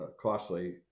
costly